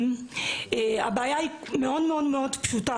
הבעיה היא מאוד מאוד פשוטה.